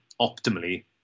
Optimally